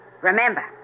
Remember